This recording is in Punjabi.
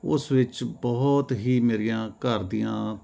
ਉਸ ਵਿੱਚ ਬਹੁਤ ਹੀ ਮੇਰੀਆਂ ਘਰ ਦੀਆਂ